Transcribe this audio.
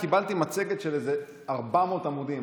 קיבלתי מצגת של איזה 400 עמודים,